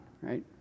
right